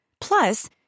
Plus